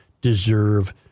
deserve